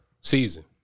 Season